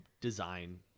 design